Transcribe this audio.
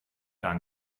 gar